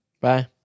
Bye